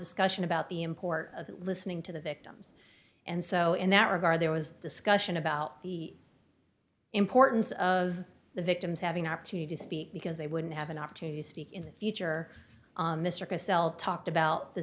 discussion about the import of listening to the victims and so in that regard there was discussion about the importance of the victims having opportunity to speak because they wouldn't have an opportunity to speak in the future mr cosell talked about t